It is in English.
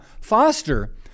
Foster